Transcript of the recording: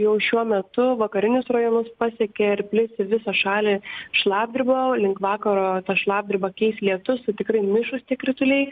jau šiuo metu vakarinius rajonus pasiekė ir plis į visą šalį šlapdriba link vakaro o šlapdribą keis lietus tai tikrai mišrūs tie krituliai